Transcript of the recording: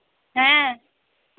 ᱦᱮᱸ